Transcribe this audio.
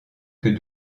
que